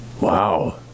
Wow